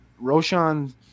Roshan